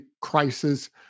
crisis